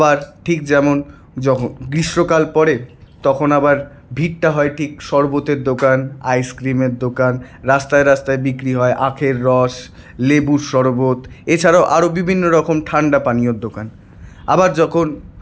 আবার ঠিক যেমন যখন গ্রীষ্মকাল পরে তখন আবার ভিড় হয় ঠিক শরবতের দোকান আইসক্রিমের দোকান রাস্তায় রাস্তায় বিক্রি হয় আখের রস লেবুর শরবত এছাড়াও আরও বিভিন্ন ঠান্ডা পানীয়র দোকান আবার যখন